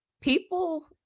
people